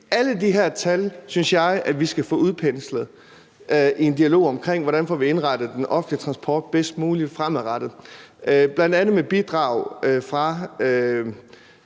alle de her tal synes jeg, vi skal få udpenslet dem i en dialog om, hvordan vi får indrettet den offentlige transport bedst muligt fremadrettet, bl.a. med bidrag fra